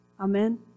amen